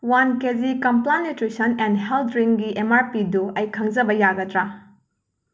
one KG Complan nutrition and health ꯗ꯭ꯔꯤꯡꯒꯤ M R ꯄꯤꯗꯨ ꯑꯩ ꯈꯪꯖꯕ ꯌꯥꯒꯗ꯭ꯔꯥ